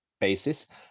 basis